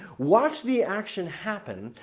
watch the action happen,